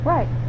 Right